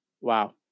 Wow